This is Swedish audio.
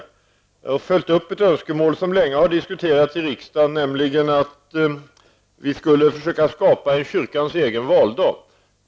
Jag har följt upp ett önskemål som länge har diskuterats i riksdagen, nämligen att man skall försöka skapa en egen kyrkans valdag.